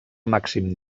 màxim